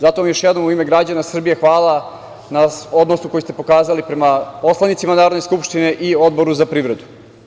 Zato još jednom u ime građana Srbije hvala na odnosu koji ste pokazali prema poslanicima Narodne skupštine i Odboru za privredu.